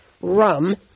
rum